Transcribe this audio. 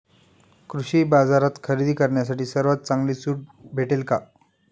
कृषी बाजारात खरेदी करण्यासाठी सर्वात चांगली सूट भेटेल का?